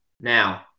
Now